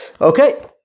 Okay